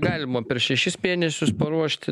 galima per šešis mėnesius paruošti